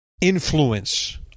influence